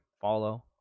follow